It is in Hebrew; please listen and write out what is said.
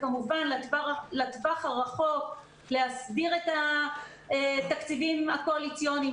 כמובן לטווח הרחוק להסדיר את התקציבים הקואליציוניים,